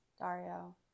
Dario